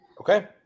Okay